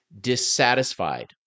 dissatisfied